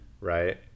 right